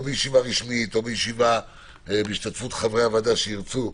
או בישיבה רשמית או בישיבה בהשתתפות חברי הוועדה שירצו,